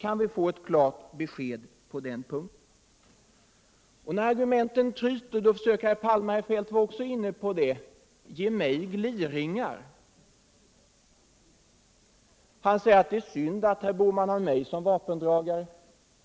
Kan vi få ett klart besked på den punkten! När argumenten tryter försöker herr Palme — herr Feldt var också inne på det — att ge mig gliringar. Han säger att det är synd att herr Bohman har mig som vapendragare.